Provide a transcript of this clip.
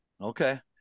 Okay